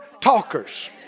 talkers